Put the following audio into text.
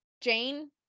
Jane